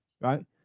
right